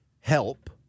help